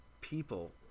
people